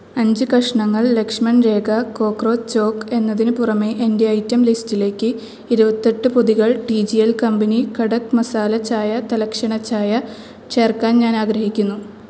അഞ്ച് കഷ്ണങ്ങൾ Lakshman Rekha cockroach chalk എന്നതിന് പുറമെ എന്റെ ഐറ്റം ലിസ്റ്റിലേക്ക് ഇരുപത്തെട്ട് പൊതികൾ T G L company Kadak masala chai തലക്ഷണ ചായ ചേർക്കാൻ ഞാനാഗ്രഹിക്കുന്നു